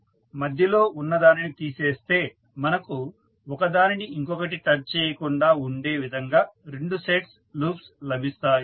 వీటిలో మధ్యలో ఉన్నదానిని తీసేస్తే మనకు ఒక దానిని ఇంకొకటి టచ్ చేయకుండా ఉండే విధంగా రెండు సెట్స్ లూప్స్ లభిస్తాయి